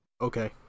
Okay